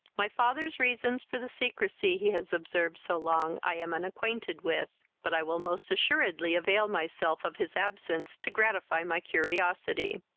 my father's reasons for the secresy he has observed so long, i am unacquainted with but i will most assuredly avail myself of his absence to gratify my curiosity.